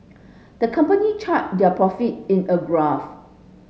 the company charted their profit in a graph